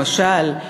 למשל,